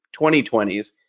2020s